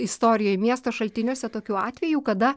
istorijoj miesto šaltiniuose tokių atvejų kada